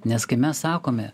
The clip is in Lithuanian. nes kai mes sakome